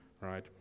right